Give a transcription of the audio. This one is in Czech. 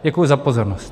Děkuji za pozornost.